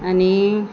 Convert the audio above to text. आणि